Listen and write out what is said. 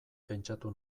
pentsatu